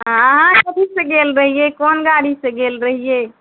अहाँ कथीसँ गेल रहियै कोन गाड़ीसँ गेल रहियै